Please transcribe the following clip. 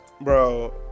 Bro